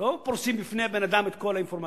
לא פורסים בפני הבן-אדם את כל האינפורמציה.